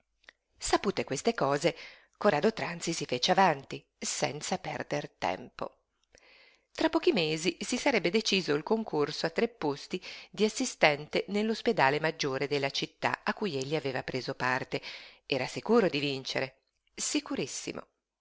sapute queste cose corrado tranzi si fece avanti senza perder tempo tra pochi mesi si sarebbe deciso il concorso a tre posti di assistente nell'ospedale maggiore della città a cui egli aveva preso parte era sicuro di vincere sicurissimo